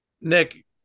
Nick